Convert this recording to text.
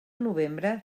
novembre